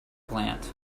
plant